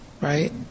right